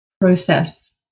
process